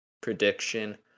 prediction